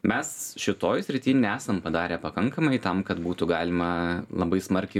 mes šitoj srity nesam padarę pakankamai tam kad būtų galima labai smarkiai